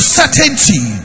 certainty